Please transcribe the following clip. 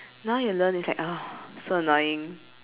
now you learn is like so annoying